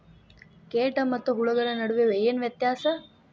ಕೇಟ ಮತ್ತು ಹುಳುಗಳ ನಡುವೆ ಏನ್ ವ್ಯತ್ಯಾಸ?